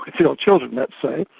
your children, let's say.